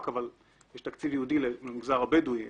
מהמגזר הבדואי אבל יש לתקציב ייעודי משמעותי למגזר הבדואי